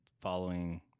following